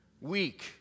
Week